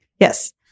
Yes